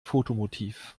fotomotiv